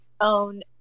own